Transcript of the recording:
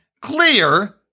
clear